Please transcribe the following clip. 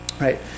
right